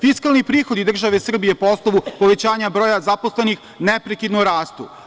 Fiskalni prihodi države Srbije, po osnovu povećanja broja zaposlenih, neprekidno rastu.